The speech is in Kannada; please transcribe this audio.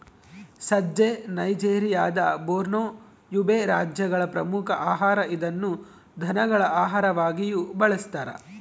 ಸಜ್ಜೆ ನೈಜೆರಿಯಾದ ಬೋರ್ನೋ, ಯುಬೇ ರಾಜ್ಯಗಳ ಪ್ರಮುಖ ಆಹಾರ ಇದನ್ನು ದನಗಳ ಆಹಾರವಾಗಿಯೂ ಬಳಸ್ತಾರ